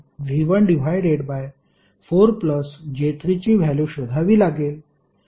आपल्याला प्रथम current IYV14j3 ची व्हॅल्यु शोधावी लागेल